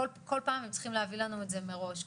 ולכן כל פעם הם צריכים להביא לנו את זה מראש.